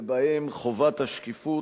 ובהם חובת השקיפות,